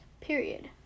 period